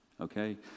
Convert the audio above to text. Okay